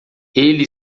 ele